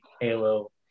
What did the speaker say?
Halo